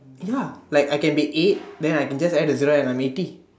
ya like I can be eight then I just add a zero and I'm eighty